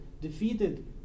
defeated